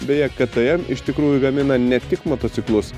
beje ktm iš tikrųjų gamina ne tik motociklus